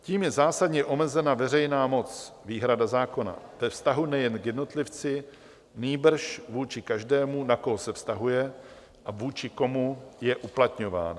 Tím je zásadně omezena veřejná moc, výhrada zákona, ve vztahu nejen k jednotlivci, nýbrž vůči každému, na koho se vztahuje a vůči komu je uplatňován.